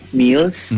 meals